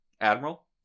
Admiral